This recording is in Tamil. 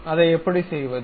அதை எப்படி செய்வது